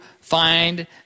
find